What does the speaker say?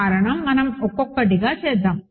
కారణం మనం ఒక్కొక్కటిగా చేస్తాం